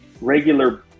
regular